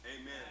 Amen